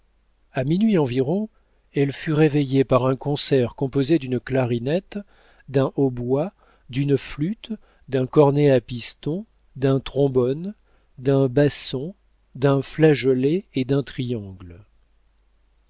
a minuit environ elle fut réveillée par un concert composé d'une clarinette d'un hautbois d'une flûte d'un cornet à piston d'un trombone d'un basson d'un flageolet et d'un triangle